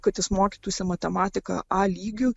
kad jis mokytųsi matematiką a lygiu